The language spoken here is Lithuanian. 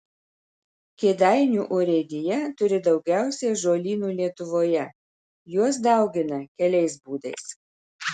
kėdainių urėdija turi daugiausiai ąžuolynų lietuvoje juos daugina keliais būdais